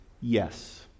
Yes